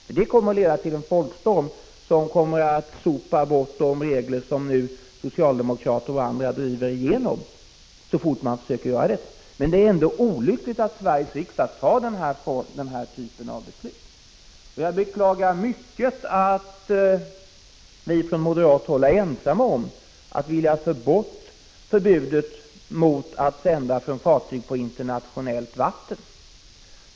I så fall kommer det att leda till en folkstorm som genast sopar bort de regler som socialdemokrater och andra nu är i färd med att driva igenom. Det är olyckligt att Sveriges riksdag fattar den här typen av beslut. Jag beklagar mycket att vi moderater är ensamma om att vilja få bort förbudet mot sändningar från fartyg på internationellt vatten.